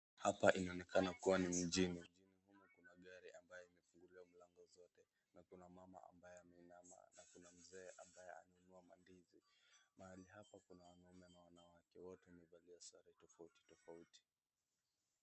Hapa inaonekana kuwa ni mjini. Mjini humu kuna gari ambayo imefunguliwa milango zote na kuna mama ambaye ameinama na kuna mzee ambaye ananunua mandizi. Mahali hapa kuna wanaume na wanawake wote nivalia sare tofauti tofauti.